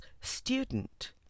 student